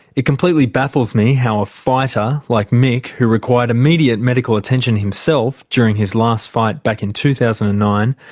it completely baffles me how a fighter, like mick, who required immediate medical attention himself, during his last fight back in two thousand and nine,